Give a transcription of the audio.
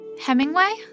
Hemingway